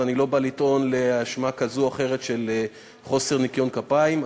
ואני לא בא לטעון לאשמה כזו או אחרת של חוסר ניקיון כפיים,